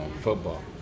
Football